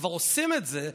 כבר עושים את זה.